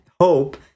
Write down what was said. hope